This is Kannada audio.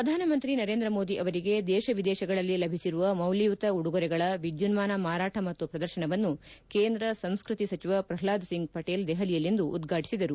ಪ್ರಧಾನ ಮಂತ್ರಿ ನರೇಂದ್ರ ಮೋದಿ ಅವರಿಗೆ ದೇಶ ವಿದೇಶಗಳಲ್ಲಿ ಲಭಿಸಿರುವ ಮೌಲ್ಯಯುತ ಉಡುಗೊರೆಗಳ ವಿದ್ಯುನ್ಮಾನ ಮಾರಾಟ ಮತ್ತು ಪ್ರದರ್ಶನವನ್ನು ಕೇಂದ್ರ ಸಂಸ್ಕೃತಿ ಸಚಿವ ಪ್ರಹ್ಲಾದ್ ಸಿಂಗ್ ಪಟೇಲ್ ದೆಹಲಿಯಲ್ಲಿಂದು ಉದ್ಘಾಟಿಸಿದರು